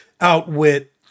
outwit